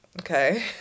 Okay